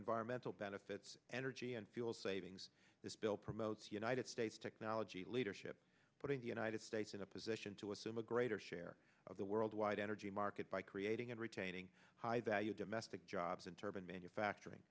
environmental benefits energy and fuel savings this bill promotes united states technology leadership putting the united states in a position to assume a greater share of the worldwide energy market by creating and retaining high value domestic jobs in turban manufacturing